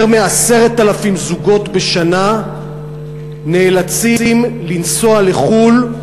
יותר מ-10,000 זוגות בשנה נאלצים לנסוע לחו"ל,